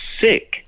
sick